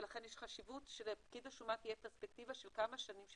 ולכן יש חשיבות שלפקיד השומה תהיה פרספקטיבה של כמה שנים,